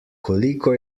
koliko